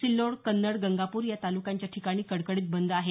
सिल्लोड कन्नड गंगापूर या तालुक्यांच्या ठिकाणी कडकडीत बंद आहे